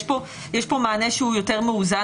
יש פה מענה יותר מאוזן.